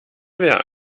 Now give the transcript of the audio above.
wer